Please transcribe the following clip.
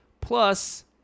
Plus